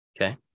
Okay